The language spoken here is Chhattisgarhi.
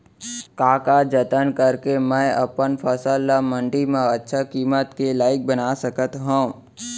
का का जतन करके मैं अपन फसल ला मण्डी मा अच्छा किम्मत के लाइक बना सकत हव?